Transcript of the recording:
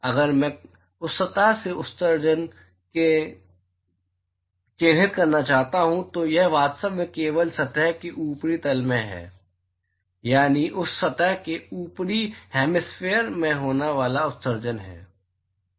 अगर मैं उस सतह से उत्सर्जन को चिह्नित करना चाहता हूं तो यह वास्तव में केवल सतह के ऊपरी तल में यानी उस सतह के ऊपरी हैमिस्फेयर में होने वाला उत्सर्जन है